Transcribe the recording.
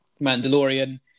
Mandalorian